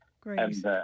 Great